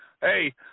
hey